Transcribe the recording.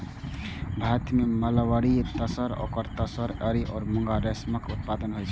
भारत मे mulberry, tasar, oak tasar, eri आ मूंगा रेशमक उत्पादन होइ छै